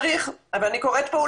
ואני קוראת פה,